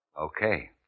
Okay